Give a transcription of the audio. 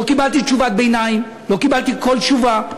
לא קיבלתי תשובת ביניים, לא קיבלתי כל תשובה.